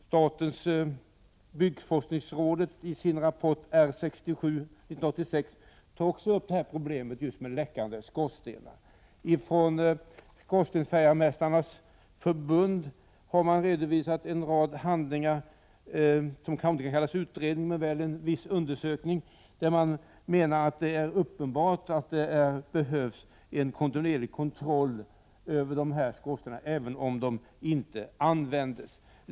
Statens byggforskningsråd tar också, i rapporten R 67:1986, upp problemet med läckande skorstenar. Från Sveriges Skorstensfejaremästares Riksförbund har redovisats en rad handlingar, som kanske inte kan kallas utredning men väl undersökning, där man menar att det är uppenbart att det behövs en kontinuerlig kontroll av skorstenar även om de inte används.